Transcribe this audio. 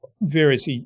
various